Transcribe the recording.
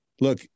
Look